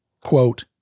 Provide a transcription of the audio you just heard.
quote